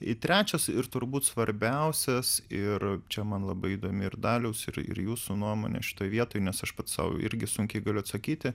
ir trečias ir turbūt svarbiausias ir čia man labai įdomi ir daliaus ir ir jūsų nuomonė šitoj vietoj nes aš pats sau irgi sunkiai galiu atsakyti